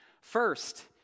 First